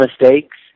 mistakes